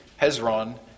Hezron